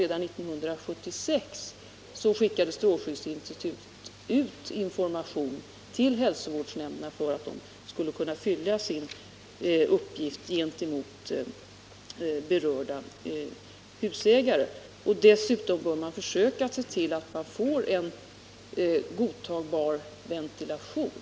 Redan 1976 skickade strålskyddsinstitutet ut information till hälsovårdsnämnderna för att de skulle kunna fylla sin uppgift gentemot berörda husägare. Dessutom bör man se till att man får en godtagbar ventilation.